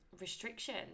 restriction